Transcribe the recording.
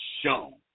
shown